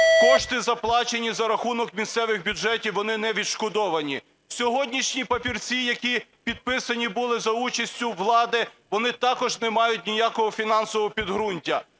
кошти заплачені за рахунок місцевих бюджетів, вони не відшкодовані. Сьогоднішні папірці, які підписані були за участю влади, вони також не мають ніякого фінансового підґрунтя.